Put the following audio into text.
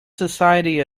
society